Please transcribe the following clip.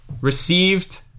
received